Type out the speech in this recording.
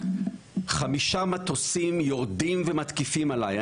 חמישה מטוסים יורדים ומתקיפים אותי,